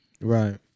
Right